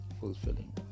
fulfilling